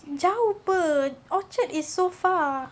jauh [pe] orchard is so far